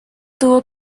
tuvo